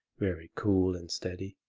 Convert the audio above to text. very cool and steady,